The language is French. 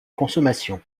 consommation